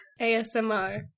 ASMR